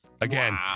Again